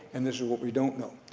and this is what we don't know.